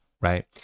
right